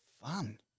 fun